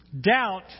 Doubt